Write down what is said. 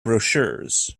brochures